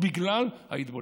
בגלל ההתבוללות.